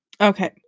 Okay